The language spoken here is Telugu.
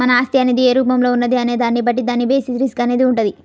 మన ఆస్తి అనేది ఏ రూపంలో ఉన్నది అనే దాన్ని బట్టి దాని బేసిస్ రిస్క్ అనేది వుంటది